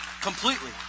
completely